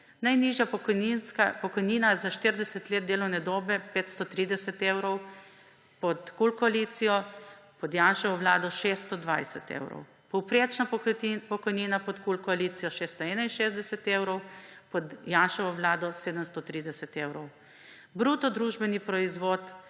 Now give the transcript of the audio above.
najnižja pokojnina za 40 let delovne dobe 530 evrov pod KUL koalicijo, pod Janševo vlado 620 evrov; povprečna pokojnina pod KUL koalicijo 661 evrov, pod Janševo vlado 730 evrov; bruto družbeni proizvod